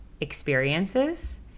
experiences